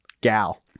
gal